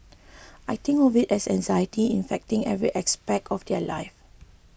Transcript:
I think of it as anxiety infecting every aspect of their lives